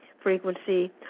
frequency